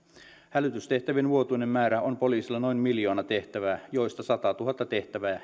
hälytystehtävien vuotuinen määrä on poliisilla noin miljoona tehtävää joista satatuhatta tehtävää